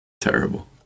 Terrible